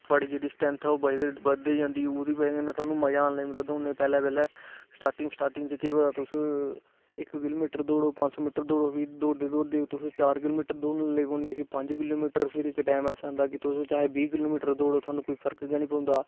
थुआढ़ी जेहड़ी स्ट्रैंथ ऐ ओह् बधदी जंदी ओहदी बजह कन्नै थुहानू मजा आन लग्गी पोंदा दौड़ने च पैहले पैहले स्टार्टिग स्टार्टमिग च केह् पता तुस इक किलोमिटर दौड़ो पंज सौ किलोमिटर दोड़ो फिह् दौड़दे दौड़दे तुस चार किलोमिटर दौड़न लेई पोने फिह् पंज किलोमिटर फिर इक टाइम ऐसा आंदा कि तुस चाहे बीह किलोमिटर दोड़ो थुहानू कोई फर्क गै नेई पोंदा